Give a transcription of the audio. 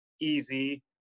easy